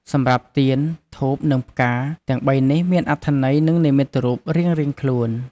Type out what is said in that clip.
សម្រាប់ ទាន ធូប និងផ្កា ទាំងបីនេះមានអត្ថន័យ នឹងនិមិត្តរូបរៀងៗខ្លួន។